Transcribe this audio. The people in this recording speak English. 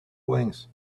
wings